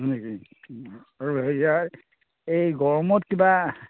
হয় নেকি আৰু হেৰিয়াৰ এই গড়মূৰত কিবা